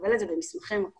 מקבל את זה במסמכי מקור.